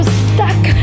stuck